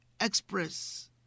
express